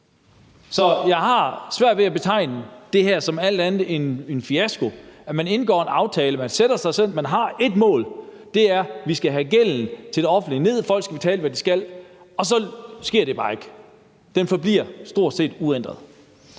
Så jeg har svært ved at betegne det her som noget andet end en fiasko. Man indgår en aftale, og man har ét mål, og det er: Vi skal have gælden til det offentlige ned, så folk skal betale, hvad de skal. Men det sker bare ikke; den forbliver stort set uændret.